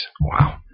Wow